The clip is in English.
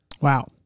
wow